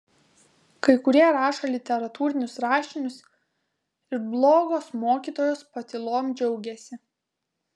kai kurie rašo literatūrinius rašinius ir blogos mokytojos patylom džiaugiasi